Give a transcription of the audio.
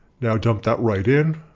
now dump that right in.